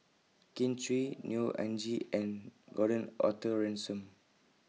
Kin Chui Neo Anngee and Gordon Arthur Ransome